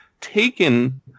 taken